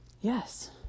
yes